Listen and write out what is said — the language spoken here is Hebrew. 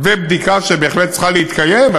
ובדיקה שבהחלט צריכה להתקיים.